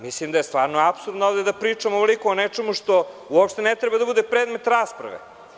Mislim da je stvarno apsurdno da ovde pričamo ovoliko o nečemu što je uopšte ne treba da bude predmet rasprave.